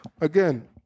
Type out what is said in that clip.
again